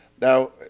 Now